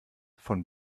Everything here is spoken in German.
von